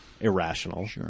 irrational